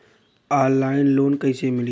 Online loan कइसे मिली?